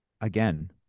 again